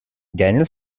daniel